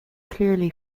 clearly